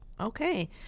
Okay